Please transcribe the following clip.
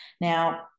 Now